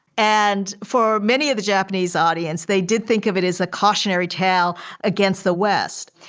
and for many of the japanese audience, they did think of it as a cautionary tale against the west.